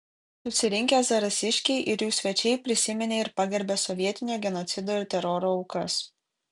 susirinkę zarasiškiai ir jų svečiai prisiminė ir pagerbė sovietinio genocido ir teroro aukas